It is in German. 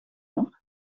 noch